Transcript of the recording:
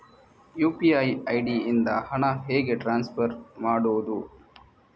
UPI ID ಇಂದ ಹಣ ಹೇಗೆ ಟ್ರಾನ್ಸ್ಫರ್ ಮಾಡುದು?